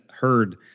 heard